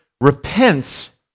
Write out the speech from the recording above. repents